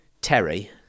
Terry